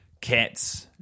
cat's